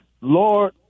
Lord